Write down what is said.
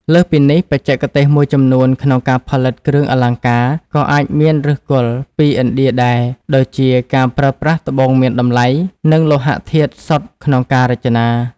លើសពីនេះ បច្ចេកទេសមួយចំនួនក្នុងការផលិតគ្រឿងអលង្ការ ក៏អាចមានឫសគល់ពីឥណ្ឌាដែរ ដូចជាការប្រើប្រាស់ត្បូងមានតម្លៃ និងលោហៈធាតុសុទ្ធក្នុងការរចនា។